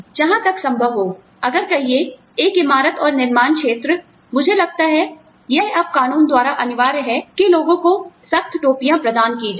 जहां तक संभव हो अगर कहिए एक इमारत और निर्माण क्षेत्र मुझे लगता है यह अब कानून द्वारा अनिवार्य है कि लोगों को सख्त टोपियां प्रदान की जाए